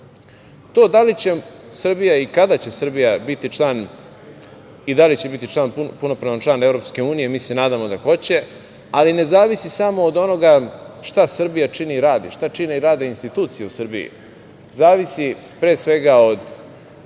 To da li će Srbija i kada će Srbija biti član i da li će biti punopravni član EU, a mi se nadamo da hoće, ali ne zavisi samo od onoga šta Srbija čini i radi, šta čine i rade institucije u Srbiji. Zavisi, pre svega od